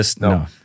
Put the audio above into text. No